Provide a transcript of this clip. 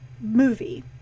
movie